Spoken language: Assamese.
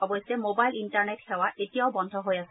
অৱশ্যে ম'বাইল ইণ্টাৰনেট সেৱা এতিয়াও বন্ধ হৈ আছে